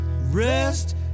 rest